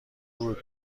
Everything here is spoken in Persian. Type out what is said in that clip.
بود